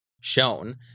shown